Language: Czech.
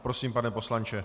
Prosím, pane poslanče.